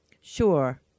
Sure